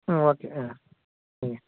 ஆ okay ஆ ம்